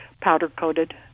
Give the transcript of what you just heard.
powder-coated